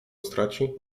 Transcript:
straci